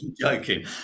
joking